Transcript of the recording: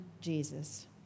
Jesus